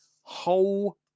whole